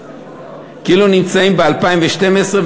כאילו נמצאים ב-2012,